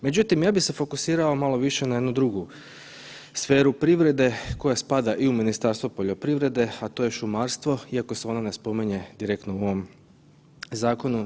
Međutim, ja bih se fokusirao malo više na jednu drugu sferu privrede koja spada i u Ministarstvo poljoprivrede, a to je šumarstvo iako se ono ne spominje direktno u ovom Zakonu.